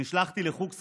נשלחתי לחוג שחייה.